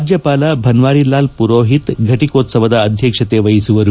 ರಾಜ್ಯಪಾಲ ಭನ್ವಾರಿಲಾಲ್ ಪುರೋಹಿತ್ ಘಟಿಕೋತ್ಸದ ಅಧ್ಯಕ್ಷತೆ ವಹಿಸುವವರು